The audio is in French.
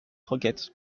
roquette